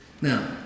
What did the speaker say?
Now